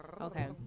okay